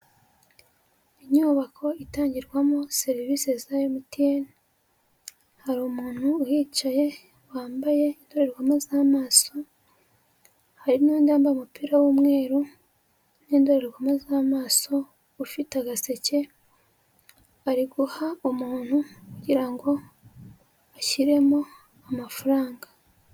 Inyubako itangirwamo serivise za MTN hari umuntu uhicaye wambaye indorerwamo z'amaso, hari n'undi wambaye umupira w'umweru n'indorerwamo z'amaso ufite agaseke ari guha umuntu kugira ngo ashyiremo amafaranga.